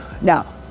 now